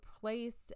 place